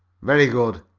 very good.